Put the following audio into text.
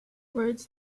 rhodes